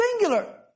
singular